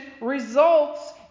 results